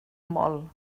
molt